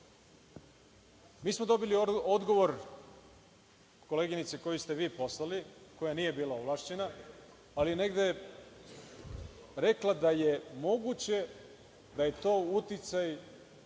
smo odgovor koleginice koji ste vi poslali, koja nije bila ovlašćena. Negde je rekla da je moguće da je to uticaj